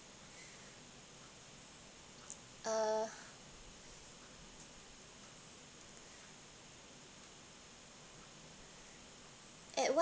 err at what